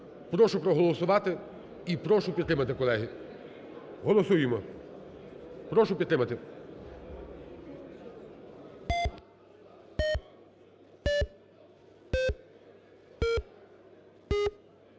Прошу проголосувати і прошу підтримати, колеги, голосуємо, прошу підтримати.